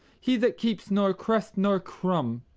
he that keeps nor crust nor crum,